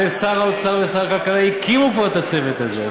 ושר האוצר ושר הכלכלה הקימו כבר את הצוות הזה,